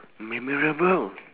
memorable